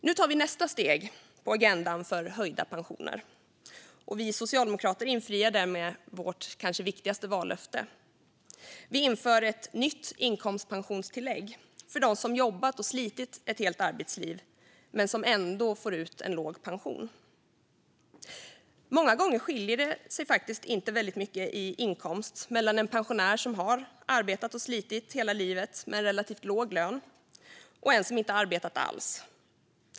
Nu tar vi nästa steg på agendan för höjda pensioner. Vi socialdemokrater infriar därmed vårt kanske viktigaste vallöfte. Vi inför ett nytt inkomstpensionstillägg för dem som jobbat och slitit ett helt arbetsliv men som ändå får ut en låg pension. Många gånger skiljer det sig faktiskt inte så mycket i inkomst mellan en pensionär som har arbetat och slitit hela livet med en relativt låg lön och en som inte har arbetat alls.